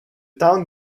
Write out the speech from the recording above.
town